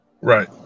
Right